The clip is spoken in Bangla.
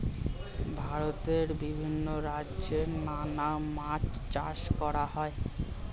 ভারতে বিভিন্ন রাজ্যে নানা মাছ চাষ করা হয়